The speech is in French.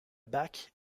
bac